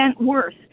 worse